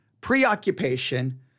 preoccupation